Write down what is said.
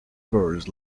birds